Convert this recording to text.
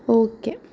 okay